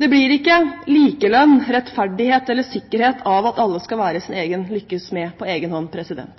Det blir ikke likelønn, rettferdighet eller sikkerhet av at alle skal være sin egen